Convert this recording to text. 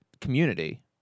community